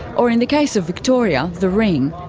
or in the case of victoria, the ring.